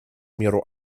миру